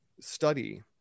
study